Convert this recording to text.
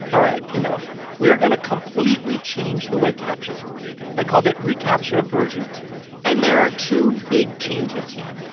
all right, enough we are going to completely change the way captchas work. they called it recaptcha version two point and there are two big changes here.